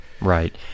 right